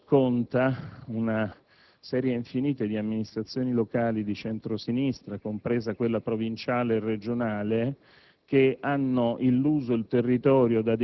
Infatti, quell'aeroporto sconta una serie infinita di amministrazioni locali di centro-sinistra, compresa quelle provinciale e regionale,